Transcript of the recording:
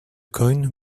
coin